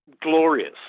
glorious